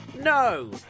No